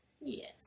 Yes